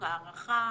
הערכה,